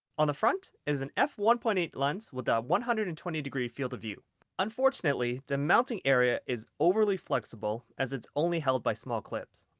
on the front is an f one point eight lens with a one hundred and twenty degree field of view unfortunately the mounting area is overly flexible as it only held by small clips.